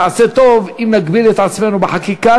נעשה טוב אם נגביל את עצמנו בחקיקה,